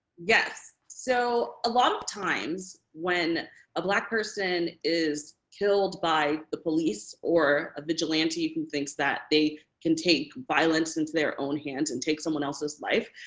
yes. so, a lot of times when a black person is killed by the police or a vigilante who thinks that they they can take violence into their own hands and take someone else's life,